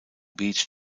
beach